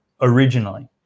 originally